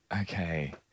Okay